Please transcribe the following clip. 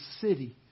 city